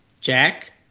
Jack